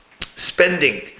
spending